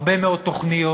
הרבה מאוד תוכניות,